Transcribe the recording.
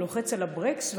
אתה לוחץ על הברקס,